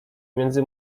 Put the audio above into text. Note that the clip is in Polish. między